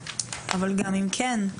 אבל גם אם כן,